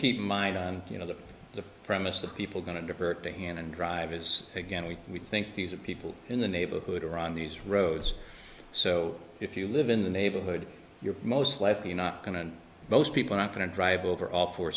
keep in mind and you know that the premise that people going to divert the hand and drive is again we we think these are people in the neighborhood or on these roads so if you live in the neighborhood you're most likely not going to most people are going to drive over all for